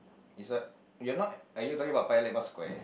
is what you're not are you talking about Paya-Lebar Square